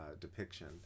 depiction